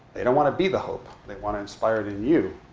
they don't want to be the hope. they want to inspire it in you,